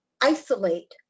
isolate